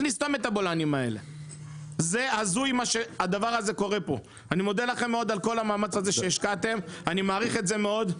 אני מודה לכם על כל המאמץ שהשקעתם ומעריך את זה מאוד,